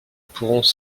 pourrons